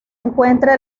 encuentra